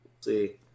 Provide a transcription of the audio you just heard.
see